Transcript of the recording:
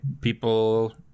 people